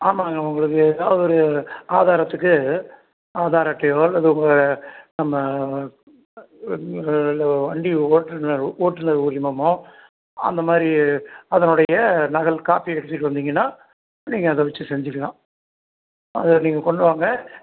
ஆமாங்க உங்களுக்கு எதாவது ஒரு ஆதாரத்துக்கு ஆதார் அட்டையோ அல்லது உங்கள் நம்ம இல்லை வண்டி ஓட்டுநர் ஓட்டுநர் உரிமமோ அந்த மாதிரி அதனுடைய நகல் காப்பி எடுத்துகிட்டு வந்தீங்கன்னால் நீங்கள் அதை வச்சு செஞ்சுக்கலாம் அதை நீங்கள் கொண்டுவாங்க